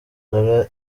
ndora